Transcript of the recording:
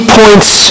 points